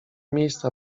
miejsca